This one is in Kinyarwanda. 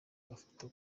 agafoto